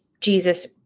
Jesus